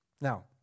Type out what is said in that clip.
Now